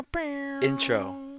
Intro